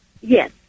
Yes